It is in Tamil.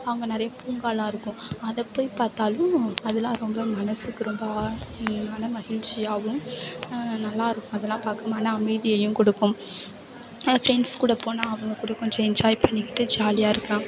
அங்கே நிறையா பூங்காயெலாம் இருக்கும் அதை போய் பார்த்தாலும் அதெலாம் ரொம்ப மனசுக்கு ரொம்ப மன மகிழ்ச்சியாகவும் நல்லா இருக்கும் மன அமைதியையும் கொடுக்கும் நான் பிரண்ட்ஸ் கூட போனால் அவங்க கூட கொஞ்சம் என்ஜாய் பண்ணிவிட்டு ஜாலியாக இருக்கலாம்